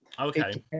okay